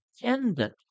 dependent